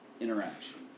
interaction